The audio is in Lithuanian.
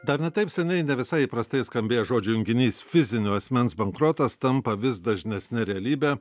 dar ne taip seniai ne visai įprastai skambėjęs žodžių junginys fizinio asmens bankrotas tampa vis dažnesne realybe